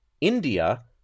India